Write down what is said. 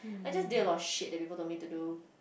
I just did a lot of shit that people told me to do